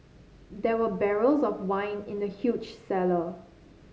there were barrels of wine in the huge cellar